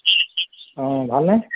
অ' ভালনে